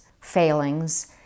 failings